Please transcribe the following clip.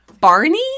Barney